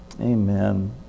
Amen